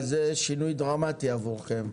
זה שינוי דרמטי עבורכם.